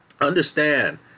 Understand